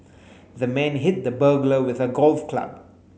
the man hit the burglar with a golf club